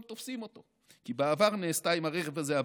תופסים אותו כי בעבר נעשתה עם הרכב הזה עבירה.